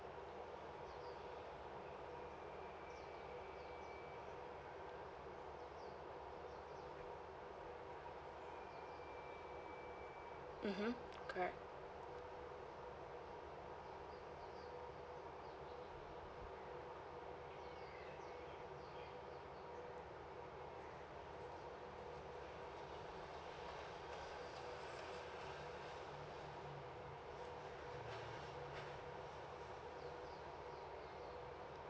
mmhmm correct